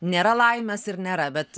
nėra laimės ir nėra bet